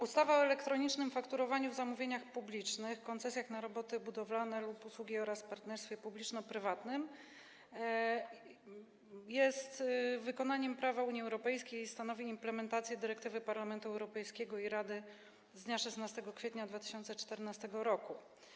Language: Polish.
Ustawa o elektronicznym fakturowaniu w zamówieniach publicznych, koncesjach na roboty budowlane lub usługi oraz partnerstwie publiczno-prywatnym jest wykonaniem prawa Unii Europejskiej i stanowi implementację dyrektywy Parlamentu Europejskiego i Rady z dnia 16 kwietnia 2014 r.